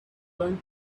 learn